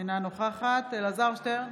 אינה נוכחת אלעזר שטרן,